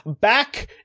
back